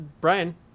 Brian